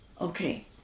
okay